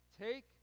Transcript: Take